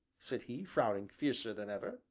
said he, frowning fiercer than ever.